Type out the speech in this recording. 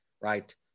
right